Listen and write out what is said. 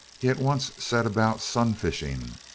he at once set about sun-fishing,